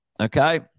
okay